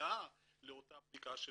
העילה לאותה בדיקה שנעשית,